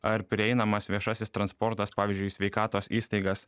ar prieinamas viešasis transportas pavyzdžiui į sveikatos įstaigas